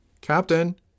Captain